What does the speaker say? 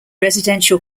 residential